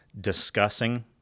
discussing